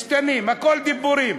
הם משתנים, "הכול דיבורים".